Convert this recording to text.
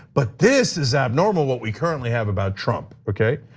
but this is abnormal, what we currently have about trump, okay?